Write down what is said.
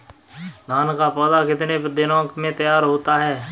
धान का पौधा कितने दिनों में तैयार होता है?